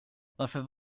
varför